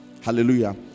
hallelujah